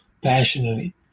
passionately